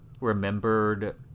remembered